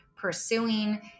pursuing